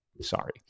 Sorry